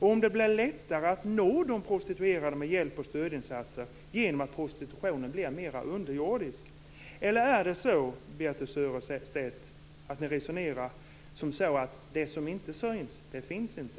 Blir det lättare att nå de prostituerade med hjälpoch stödinsatser genom att prostitutionen blir mer underjordisk? Eller är det så, Birthe Sörestedt, att ni resonerar som så att det som inte syns finns inte?